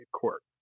court